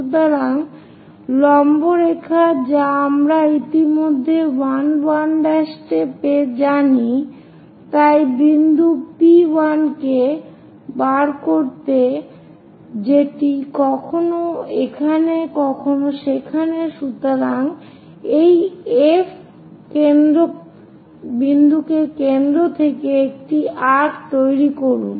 সুতরাং লম্ব রেখা যা আমরা ইতিমধ্যেই 1 1 তে জানি তাই বিন্দু P1 কে বার করতে যেটি কখনো এখানে কখনো সেখানে সুতরাং এই F কেন্দ্র থেকে একটি আর্ক্ তৈরি করুন